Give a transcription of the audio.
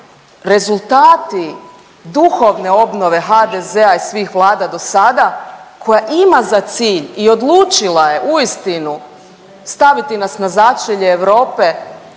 rezultati duhovne obnove HZD-a i svih vlada do sada koja ima za cilj i odlučila je uistinu staviti nas na začelje Europe,